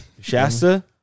Shasta